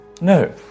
No